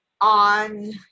on